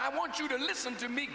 i want you to listen to me